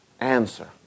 answer